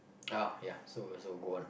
uh ya so and so go on